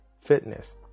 fitness